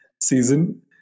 season